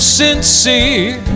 sincere